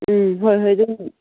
ꯎꯝ ꯍꯣꯏ ꯍꯣꯏ ꯑꯗꯨꯝ